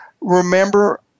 remember